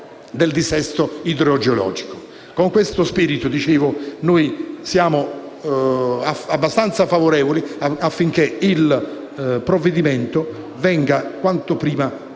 Con questo spirito, siamo abbastanza favorevoli affinché il provvedimento venga quanto prima